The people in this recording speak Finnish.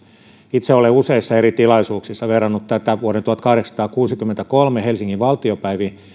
itse olen useissa eri tilaisuuksissa verrannut tätä vuoden tuhatkahdeksansataakuusikymmentäkolme helsingin valtiopäiviin